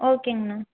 ஓகேங்கண்ணா